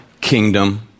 kingdom